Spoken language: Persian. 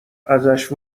ازش